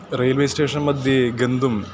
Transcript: railway station मध्ये गन्तुम्